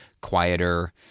quieter